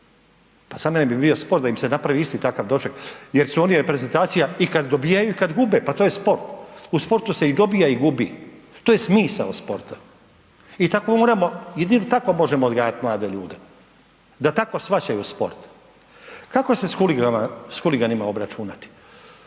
Pa za mene bi bio sport da im se napravi isti takav doček jer su oni reprezentacija i kada dobe i kada gube, pa to je sport, u sportu se i dobija i gubi, to je smisao sporta i jedino tako možemo odgajati mlade ljude, da tako shvaćaju sport. Kako se s huliganima obračunati?